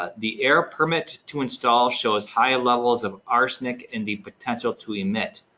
ah the air permit to install shows higher levels of arsenic and the potential to emit.